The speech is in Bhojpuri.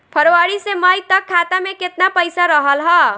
फरवरी से मई तक खाता में केतना पईसा रहल ह?